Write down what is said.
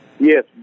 Yes